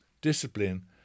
discipline